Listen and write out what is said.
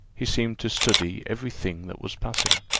he seemed to study every thing that was passing.